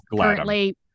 currently